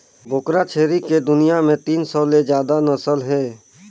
बोकरा छेरी के दुनियां में तीन सौ ले जादा नसल हे